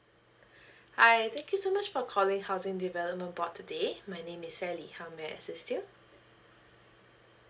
hi thank you so much for calling housing development board today my name is sally how may I assist you